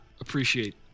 appreciate